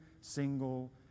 single